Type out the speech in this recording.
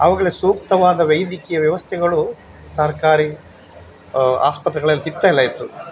ಅವ್ಗಳಿಗೆ ಸೂಕ್ತವಾದ ವೈದಕೀಯ ವ್ಯವಸ್ಥೆಗಳು ಸರ್ಕಾರಿ ಆಸ್ಪತ್ರೆಗಳಲ್ಲಿ ಸಿಗ್ತಾಯಿಲ್ಲ ಹೆಚ್ಚು